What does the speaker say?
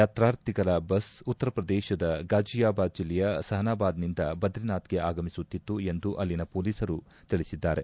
ಯಾತ್ರಾರ್ಥಿಗಳ bus ಉತ್ತರಪ್ರದೇಶದ ಗಾಜಿಯಾಬಾದ್ ಜಿಲ್ಲೆಯ ಸಹಾಬಾಬಾದ್ ನಿಂದ ಬದ್ರಿನಾಥ್ಗೆ ಆಗಮಿಸುತ್ತಿತ್ತು ಎಂದು ಅಲ್ಲಿನ ಪೊಲೀಸರು ತಿಳಿಸಿದ್ದಾರೆ